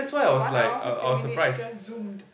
one hour fifteen minutes just zoomed